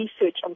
research